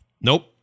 nope